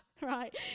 right